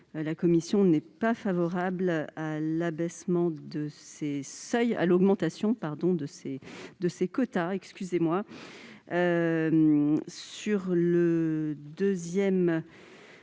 la commission n'est pas favorable à l'augmentation de ces quotas.